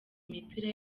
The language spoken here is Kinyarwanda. imipira